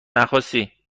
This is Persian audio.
نخواستی